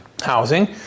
housing